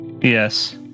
Yes